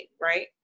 Right